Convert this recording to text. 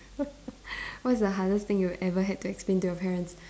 what is the hardest thing you ever had to explain to your parents